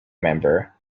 member